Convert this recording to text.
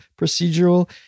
procedural